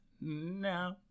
no